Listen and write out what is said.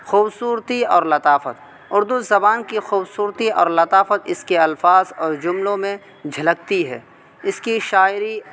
خوبصورتی اور لطافت اردو زبان کی خوبصورتی اور لطافت اس کے الفاظ اور جملوں میں جھلکتی ہے اس کی شاعری